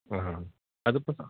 ആ ആ അതിപ്പോള്